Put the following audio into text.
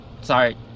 Sorry